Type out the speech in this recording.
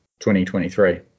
2023